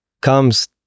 comes